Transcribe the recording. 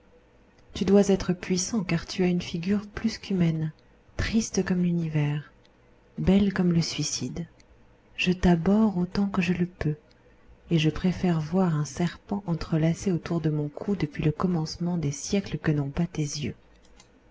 tu dois être puissant car tu as une figure plus qu'humaine triste comme l'univers belle comme le suicide je t'abhorre autant que je le peux et je préfère voir un serpent entrelacé autour de mon cou depuis le commencement des siècles que non pas tes yeux